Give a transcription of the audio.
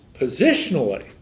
Positionally